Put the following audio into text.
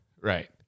right